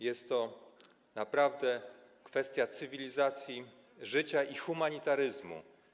Jest to naprawdę kwestia cywilizacji, życia i humanitaryzmu.